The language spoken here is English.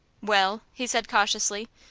well, he said, cautiously,